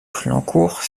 flancourt